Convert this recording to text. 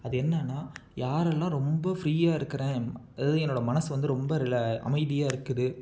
அது என்னென்னா யாரெல்லாம் ரொம்ப ஃப்ரீயாக இருக்கிறேன் அதாவது என்னோடய மனசு வந்து ரொம்ப ரிலே அமைதியாக இருக்குது